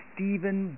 Stephen